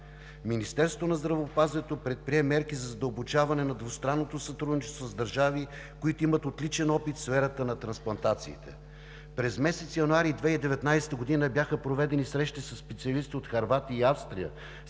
Министерството на здравеопазването предприе мерки за задълбочаване на двустранното сътрудничество с държави, които имат отличен опит в сферата на трансплантациите. През месец януари 2019 г. бяха проведени срещи със специалисти от Хърватия и Австрия